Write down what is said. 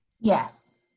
yes